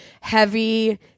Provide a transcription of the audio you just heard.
heavy